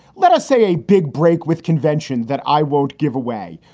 let us say, a big break with convention that i won't give away